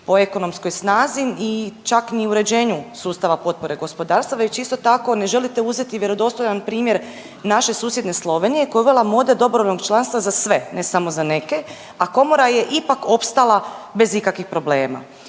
po ekonomskoj snazi i čak ni uređenju sustava potpore gospodarstvu, već isto tako ne želite uzeti vjerodostojan primjer naše susjedne Slovenije koja je uvela model dobrovoljnog članstva za sve ne samo za neke, a komora je ipak opstala bez ikakvih problema.